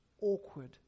awkward